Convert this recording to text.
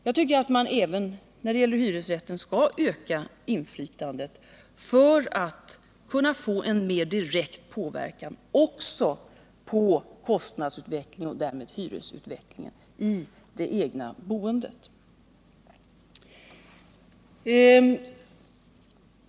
Jag tycker att man även när det gäller hyresrätten skall öka inflytandet för att också kunna få en mer direkt påverkan av kostnadsutvecklingen och därmed hyresutvecklingen i det egna boendet.